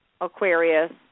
Aquarius